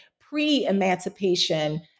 pre-emancipation